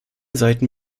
seiten